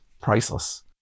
priceless